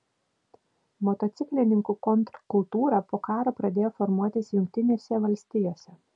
motociklininkų kontrkultūra po karo pradėjo formuotis jungtinėse valstijose